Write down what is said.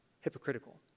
hypocritical